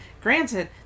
granted